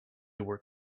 were